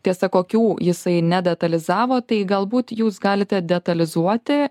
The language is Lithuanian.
tiesa kokių jisai nedetalizavo tai galbūt jūs galite detalizuoti